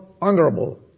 honorable